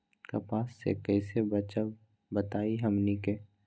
कपस से कईसे बचब बताई हमनी के?